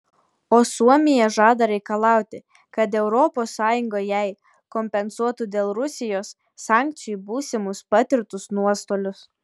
o suomija žada reikalauti kad es jai kompensuotų dėl rusijos sankcijų būsimus patirtus nuostolius